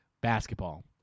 basketball